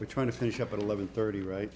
we're trying to finish up at eleven thirty right